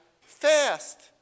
fast